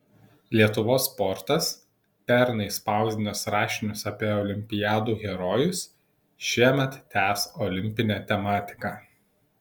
lietuvos sportas pernai spausdinęs rašinius apie olimpiadų herojus šiemet tęs olimpinę tematiką